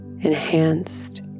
enhanced